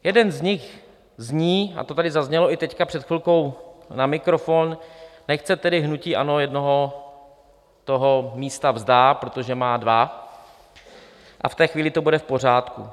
Jeden z nich zní a to tady zaznělo i teď před chvilkou na mikrofon: Nechť se tedy hnutí ANO jednoho toho místa vzdá, protože má dva, a v té chvíli to bude v pořádku.